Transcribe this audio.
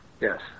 yes